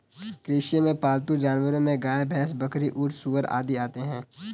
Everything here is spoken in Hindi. कृषि में पालतू जानवरो में गाय, भैंस, बकरी, ऊँट, सूअर आदि आते है